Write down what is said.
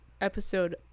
episode